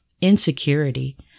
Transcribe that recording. insecurity